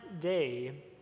day